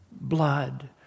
blood